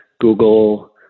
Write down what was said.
Google